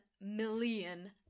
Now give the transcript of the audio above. million